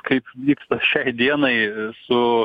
kaip vyksta šiai dienai su